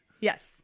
Yes